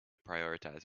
prioritize